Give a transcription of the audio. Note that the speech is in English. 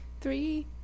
Three